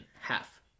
half